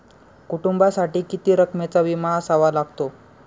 कुटुंबासाठी किती रकमेचा विमा असावा लागतो?